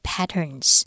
Patterns 。